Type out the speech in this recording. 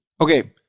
Okay